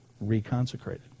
reconsecrated